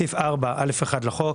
קביעת סכום מינימום 2. בסעיף 4(א1) לחוק,